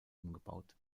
umgebaut